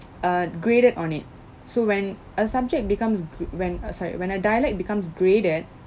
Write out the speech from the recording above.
uh graded on it so when a subject becomes gr~ when sorry when a dialect becomes graded